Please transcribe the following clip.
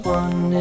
one